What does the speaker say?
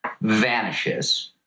vanishes